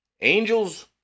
Angels